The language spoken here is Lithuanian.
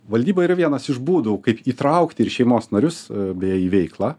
valdyba yra vienas iš būdų kaip įtraukti ir šeimos narius beje į veiklą